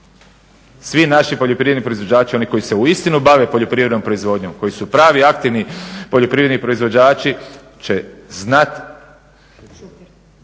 Svi naši poljoprivredni proizvođači oni koji se uistinu bave poljoprivrednom proizvodnjom, koji su pravi aktivni poljoprivredni proizvođači će znati